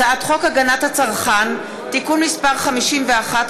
הצעת חוק הגנת הצרכן (תיקון מס' 51),